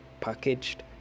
packaged